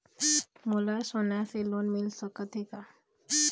मोला सोना से लोन मिल सकत हे का?